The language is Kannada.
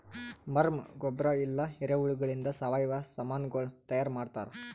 ವರ್ಮ್ ಗೊಬ್ಬರ ಇಲ್ಲಾ ಎರೆಹುಳಗೊಳಿಂದ್ ಸಾವಯವ ಸಾಮನಗೊಳ್ ತೈಯಾರ್ ಮಾಡ್ತಾರ್